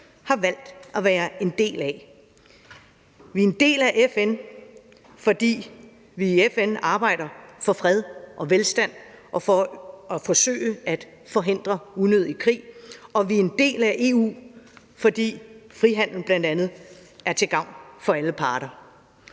har valgt at være en del af. Vi er en del af FN, fordi vi i FN arbejder for fred og velstand og for at forsøge at forhindre unødige krige, og vi er en del af EU, fordi frihandel bl.a. er til gavn for alle parter.